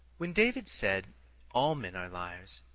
when david said all men are liars,